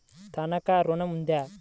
తనఖా ఋణం ఉందా?